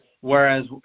whereas